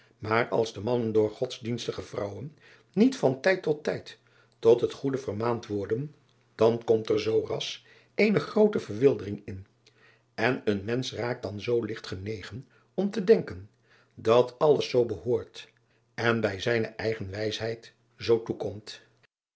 maar als de mannen door odsdienstige vrouwen niet van tijd tot tijd tot het goede vermaand worden dan komt er zoo ras eene groote verwildering in en een mensch raakt dan zoo ligt genegen om te denken dat alles zoo behoort en bij zijne eigen wijsheid zoo toekomt